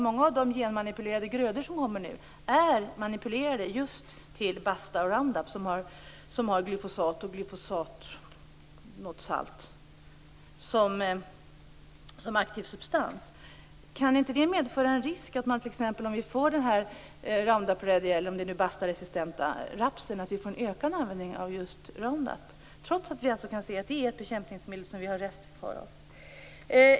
Många av de genmanipulerade grödor som kommer nu är nämligen manipulerade just till Basta och Roundup som har glyfosat och något salt som aktiv substans. Kan inte det medföra en risk, t.ex. om vi får Roundup eller Bastaresistent raps, att vi får en ökad användning av just Roundup, trots att det finns rester kvar av det bekämpningsmedlet?